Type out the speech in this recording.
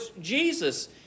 Jesus